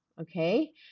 Okay